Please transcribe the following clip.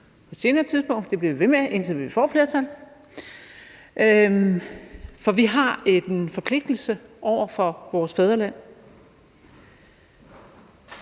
på et senere tidspunkt, og det bliver vi ved med, indtil vi får flertal, for vi har en forpligtelse over for vores fædreland.